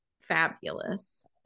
Fabulous